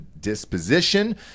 disposition